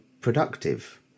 productive